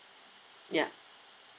ya